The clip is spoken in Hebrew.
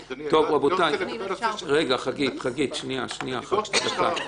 אם אפשר לקבל את הדיווח של המשטרה.